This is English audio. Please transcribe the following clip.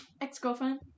ex-girlfriend